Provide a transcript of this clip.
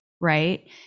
right